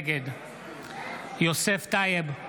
נגד יוסף טייב,